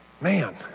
Man